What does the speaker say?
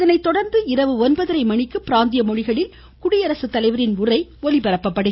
இதனைத் தொடர்ந்து இரவு ஒன்பதரை மணிக்கு பிராந்திய மொழிகளில் குடியரசுத்தலைவரின் உரை ஒலிபரப்பாகும்